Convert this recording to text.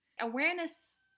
Awareness